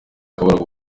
akabariro